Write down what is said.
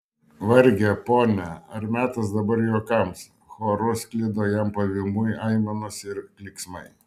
varge pone ar metas dabar juokams choru sklido jam pavymui aimanos ir klyksmai